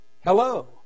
Hello